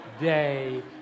day